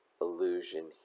illusion